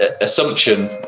assumption